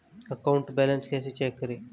Account balance कैसे check करें?